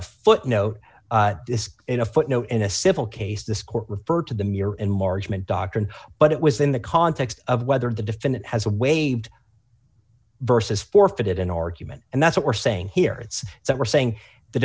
a footnote in a footnote in a civil case this court referred to the mere enlargement doctrine but it was in the context of whether the defendant has waived versus forfeited an argument and that's what we're saying here it's that we're saying the